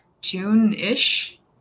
June-ish